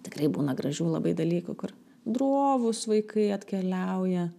tikrai būna gražių labai dalykų kur drovūs vaikai atkeliauja